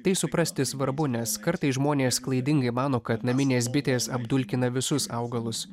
tai suprasti svarbu nes kartais žmonės klaidingai mano kad naminės bitės apdulkina visus augalus